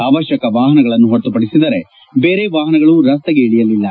ಅವಶ್ಯಕ ವಾಹನಗಳನ್ನು ಹೊರತುಪಡಿಸಿದರೆ ಬೇರೆ ವಾಹನಗಳು ರಸ್ತೆಗೆ ಇಳಿಯಲಿಲ್ಲ